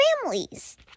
families